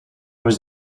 was